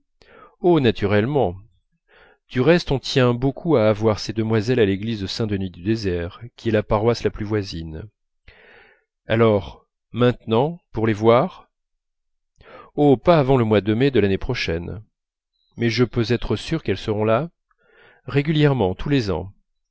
oh naturellement du reste on tient beaucoup à avoir ces demoiselles à l'église de saint-denis du désert qui est la paroisse la plus voisine alors maintenant pour les voir oh pas avant le mois de mai de l'année prochaine mais je peux être sûr qu'elles seront là régulièrement tous les ans